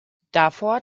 davor